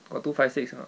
got two five six ah